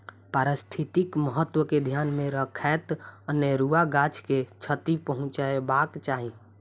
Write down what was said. पारिस्थितिक महत्व के ध्यान मे रखैत अनेरुआ गाछ के क्षति पहुँचयबाक चाही